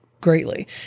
greatly